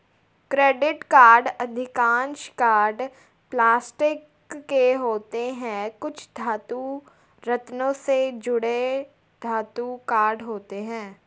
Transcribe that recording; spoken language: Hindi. क्रेडिट कार्ड अधिकांश कार्ड प्लास्टिक के होते हैं, कुछ धातु, रत्नों से जड़े धातु कार्ड होते हैं